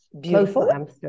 beautiful